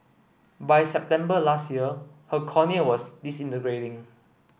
by September last year her cornea was disintegrating